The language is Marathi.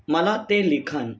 मला ते लिखाण